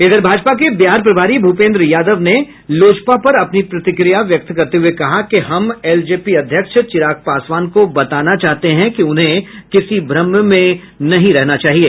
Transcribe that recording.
इधर भाजपा के बिहार प्रभारी भूपेन्द्र यादव ने लोजपा पर अपनी प्रतिक्रिया व्यक्त करते हुये कहा कि हम एलजेपी अध्यक्ष चिराग पासवान को बताना चाहते हैं कि उन्हें किसी भ्रम में नहीं रहना चाहिए